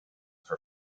for